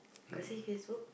got see Facebook